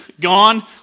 gone